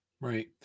Right